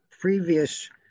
previous